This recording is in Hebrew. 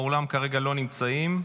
באולם כרגע לא נמצאים.